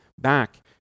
back